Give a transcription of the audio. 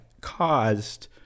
caused